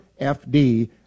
FD